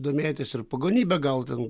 domėjotės ir pagonybe gal ten